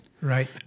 Right